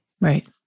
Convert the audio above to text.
Right